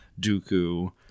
Dooku